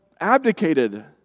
abdicated